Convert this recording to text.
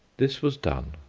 this was done,